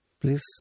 please